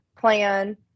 plan